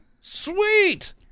Sweet